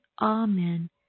Amen